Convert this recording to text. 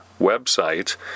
website